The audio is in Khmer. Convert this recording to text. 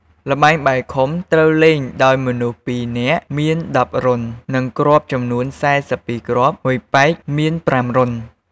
ល្បែងបាយខុំ ត្រូវលេងដោយមនុស្សពីរនាក់មាន១០រន្ធ និងគ្រាប់ចំនួន៤២គ្រាប់ មួយប៉ែកមាន៥រន្ធ។